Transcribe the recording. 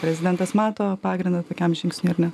prezidentas mato pagrindo tokiam žingsniu ar ne